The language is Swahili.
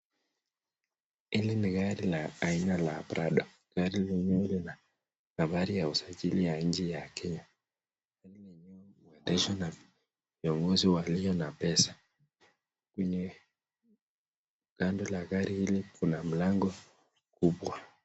Hili ni gari la aina la prado na gari lenyewe Lina nambari ya usajili ya nchi ya kenya. Gari lenyewe uendeshwa na ununuzi na walio na pesa, kwenye kando la gari hili kuna mlango kubwa.